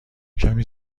کمی